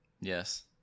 Yes